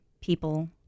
people